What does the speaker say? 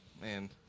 man